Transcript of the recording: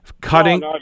Cutting